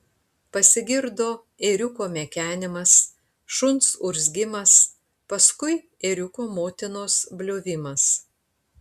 pasigirdo ėriuko mekenimas šuns urzgimas paskui ėriuko motinos bliovimas